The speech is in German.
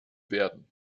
werden